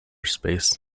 space